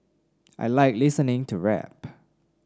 I like listening to rap